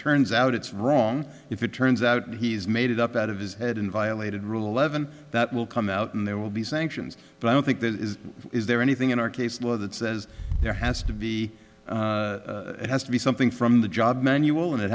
turns out it's wrong if it turns out that he's made it up out of his head in violated rule eleven that will come out and there will be sanctions but i don't think there is is there anything in our case law that says there has to be it has to be something from the job manual and it